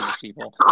people